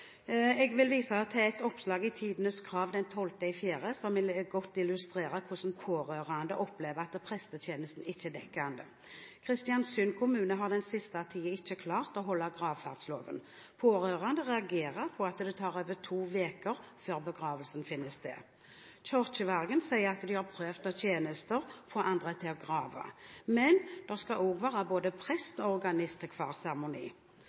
Jeg vil vise til et oppslag i Tidens Krav den 12. april, som vil godt illustrere hvordan pårørende opplever at prestetjenesten ikke er dekkende. Kristiansund kommune har den siste tiden ikke klart å holde gravferdsloven. Pårørende reagerer på at det tar over to uker før begravelsen finner sted. Kirkevergen sier at de har prøvd å kjøpe tjenester, få andre til å grave, men det skal også være både